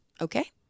okay